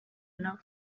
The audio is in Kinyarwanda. nabo